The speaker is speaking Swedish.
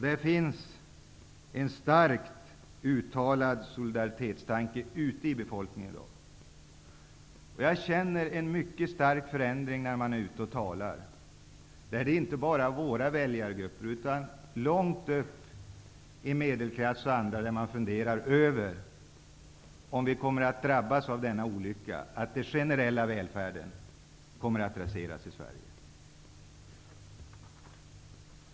Det finns en starkt uttalad solidaritetstanke ute i befolkningen i dag. Jag känner tecken på en mycket stark förändring när jag är ute och talar. Inte bara i våra väljargrupper utan t.ex. också långt upp i medelklassen funderar man över om vi i Sverige kommer att drabbas av olyckan att den generella välfärden kommer att raseras.